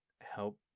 help